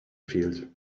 field